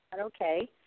okay